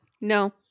no